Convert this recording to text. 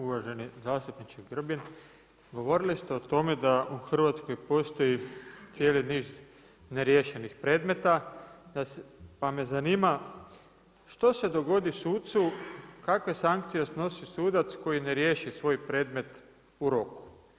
Uvaženi zastupniče Grbin, govorili ste o tome da u Hrvatskoj postoji cijeli niz neriješenih predmeta, pa me zanima, što se dogodi sucu, kakve sankcije snosi sudac koji ne riješi svoj predmet u roku?